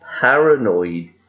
paranoid